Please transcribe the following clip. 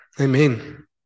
amen